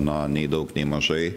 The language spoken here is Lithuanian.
na nei daug nei mažai